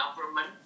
government